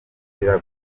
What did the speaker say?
azira